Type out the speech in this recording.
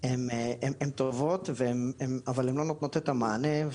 הן טובות אבל הן לא נותנות את המענה.